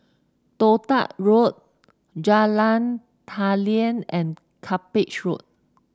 Toh Tuck Road Jalan Daliah and Cuppage Road